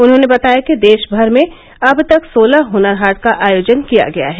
उन्होंने बताया कि देश भर में अब तक सोलह हनर हाट का आयोजन किया गया है